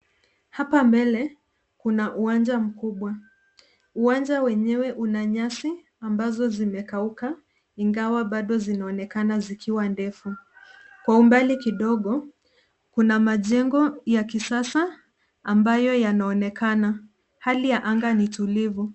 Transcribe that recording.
Hapa mbele kuna uwanja mkubwa. Uwanja wenyewe una nyasi ambazo zimekauka ingawa bado zinaonekana zikiwa ndefu. Kwa umbali kidogo kuna majengo ya kisasa ambayo yanaonekana. Hali ya anga ni tulivu.